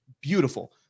beautiful